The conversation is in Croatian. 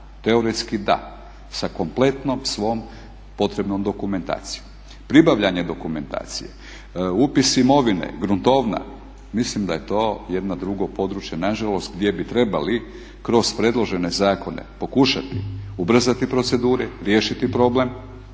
teoretski da, sa kompletnom svom potrebnom dokumentacijom. Pribavljanje dokumentacije, upis imovine, gruntovna, mislim da je to jedno drugo područje nažalost gdje bi trebali kroz predložene zakone pokušati ubrzati procedure, riješiti problem,